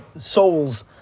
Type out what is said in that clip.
souls